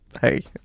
Hey